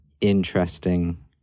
interesting